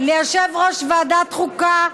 ליושב-ראש ועדת החוקה,